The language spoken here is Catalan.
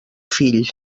fill